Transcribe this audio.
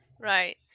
right